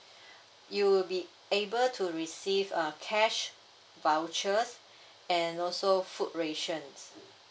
you will be able to receive uh cash vouchers and also food rations